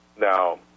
Now